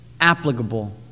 applicable